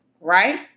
right